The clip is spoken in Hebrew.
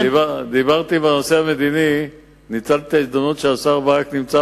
דיברתי בנושא המדיני וניצלתי את ההזדמנות שהשר ברק נמצא